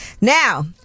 Now